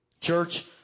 church